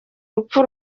rupfu